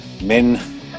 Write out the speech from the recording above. men